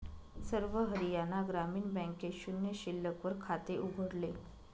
सर्व हरियाणा ग्रामीण बँकेत शून्य शिल्लक वर खाते उघडले